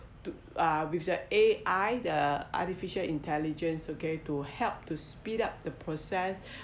to uh with the A_I the artificial intelligence okay to help to speed up the process